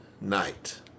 night